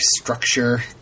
structure